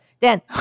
Dan